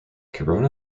corona